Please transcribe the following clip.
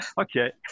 Okay